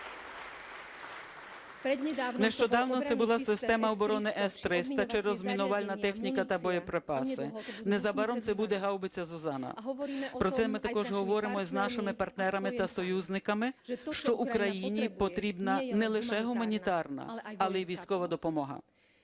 Нещодавно це була система оборони С-300 чи розмінувальна техніка та боєприпаси, незабаром це буде гаубиця Zuzana. Про це ми також говоримо і з нашими партнерами та союзниками, що Україні потрібна не лише гуманітарна, але військова допомога.